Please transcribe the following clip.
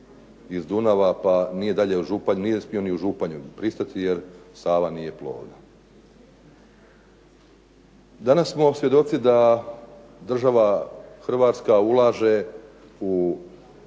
iz Dunava pa nije dalje od Županje, nije uspio ni u Županju pristati jer Sava nije plovna. Danas smo svjedoci da država Hrvatska ulaže u